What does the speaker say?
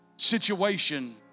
Situation